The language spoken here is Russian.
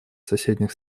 соседних